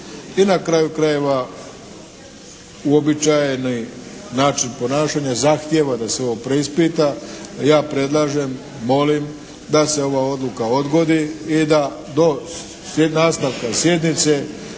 i na kraju krajeva uobičajeni način ponašanja zahtijeva da se ovo preispita. Ja predlažem, molim da se ova odluka odgodi i da do nastavka sjednice